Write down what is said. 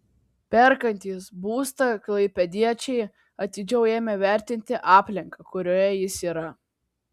perkantys būstą klaipėdiečiai atidžiau ėmė vertinti aplinką kurioje jis yra